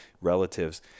relatives